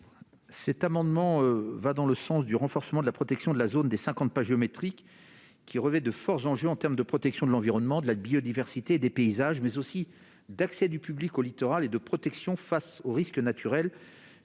? Cet amendement va dans le sens d'un renforcement de la protection de la zone des cinquante pas géométriques, qui revêt de forts enjeux en termes de protection de l'environnement, de la biodiversité et des paysages, mais aussi d'accès du public au littoral, et de protection face aux risques naturels,